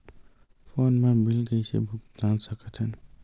Phone मा bill कइसे भुक्तान साकत हन?